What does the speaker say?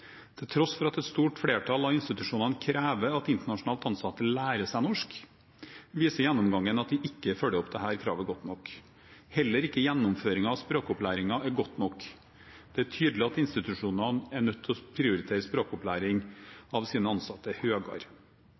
Til tross for at et stort flertall av institusjonene krever at internasjonalt ansatte lærer seg norsk, viser gjennomgangen at de ikke følger opp kravet godt nok. Heller ikke gjennomføringen av språkopplæringen er god nok. Det er tydelig at institusjonene er nødt til å prioritere språkopplæring av sine ansatte